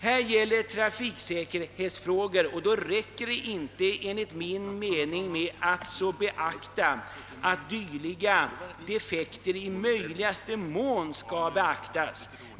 När det gäller trafiksäkerhetsfrågor räcker det enligt min mening inte att se till att dylika defekter i möjligaste mån skall beaktas.